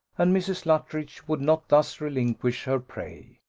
and mrs. luttridge would not thus relinquish her prey.